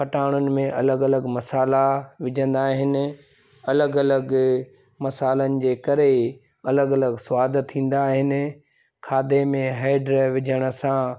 खटाणनि में अलॻि अलॻि मसाला विझंदा आहिनि अलॻि अलॻि मसालनि जे करे अलॻि अलॻि स्वादु थींदा आहिनि खाधे में हेड विझण सां